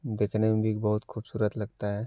देखने में भी बहुत खूबसूरत लगता है